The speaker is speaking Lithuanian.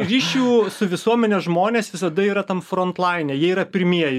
ryšių su visuomene žmonės visada yra tam frontlaine jie yra pirmieji